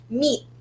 meat